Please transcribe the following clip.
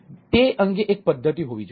તે અંગે એક પદ્ધતિ હોવી જોઈએ